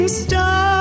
star